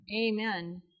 amen